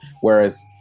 whereas